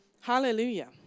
Hallelujah